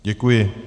Děkuji.